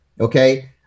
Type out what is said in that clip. Okay